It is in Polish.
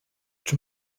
czy